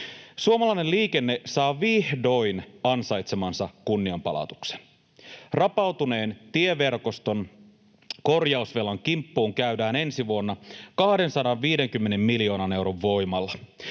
Suomalainen liikenne saa vihdoin ansaitsemansa kunnianpalautuksen. Rapautuneen tieverkoston korjausvelan kimppuun käydään ensi vuonna 250 miljoonan euron voimalla.